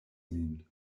min